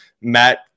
Matt